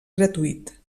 gratuït